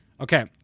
Okay